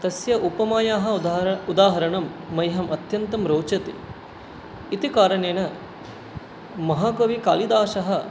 तस्य उपमायाः उदाहरणम् उदाहरणं मह्यम् अत्यन्तं रोचते इति कारणेन महाकविः कालिदासः